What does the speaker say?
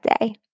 day